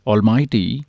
Almighty